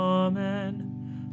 amen